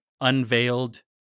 unveiled